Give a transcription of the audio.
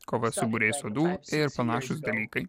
kova su būriais uodų ir panašūs dalykai